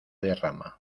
derrama